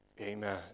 Amen